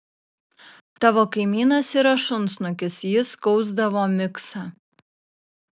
tavo kaimynas yra šunsnukis jis skausdavo miksą